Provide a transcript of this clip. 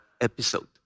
episode